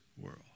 world